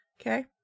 Okay